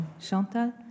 Chantal